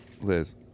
Liz